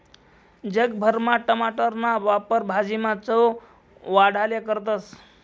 जग भरमा टमाटरना वापर भाजीना चव वाढाले करतस